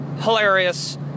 hilarious